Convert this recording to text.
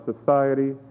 society